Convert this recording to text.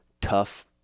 tough